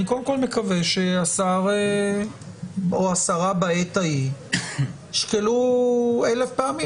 אני קודם כל מקווה שהשר או השרה בעת ההיא ישקלו אלף פעמים